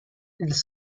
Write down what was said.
ils